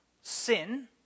sin